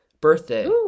Birthday